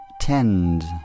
tend